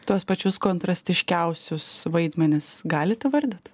tuos pačius kontrastiškiausius vaidmenis galit įvardyt